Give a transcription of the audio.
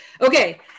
Okay